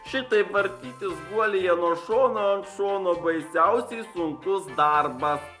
šitaip vartytis guolyje nuo šono ant šono baisiausiai sunkus darbas